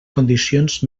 condicions